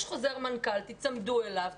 יש חוזר מנכ"ל, תיצמדו אליו.